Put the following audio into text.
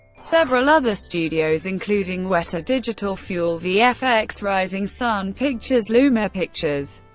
several other studios, including weta digital, fuel vfx, rising sun pictures, luma pictures,